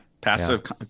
Passive